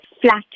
flat